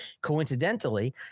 Coincidentally